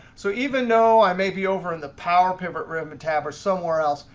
so even though i may be over in the power pivot ribbon tab or somewhere else,